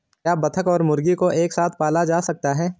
क्या बत्तख और मुर्गी को एक साथ पाला जा सकता है?